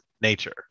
nature